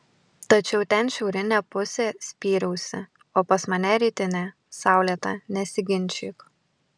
tačiau ten šiaurinė pusė spyriausi o pas mane rytinė saulėta nesiginčyk